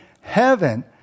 heaven